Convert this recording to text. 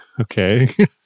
Okay